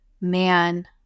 Man